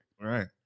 Right